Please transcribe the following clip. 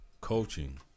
coaching